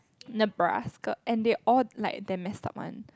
Nebraska and they all like damn messed up one